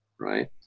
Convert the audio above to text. right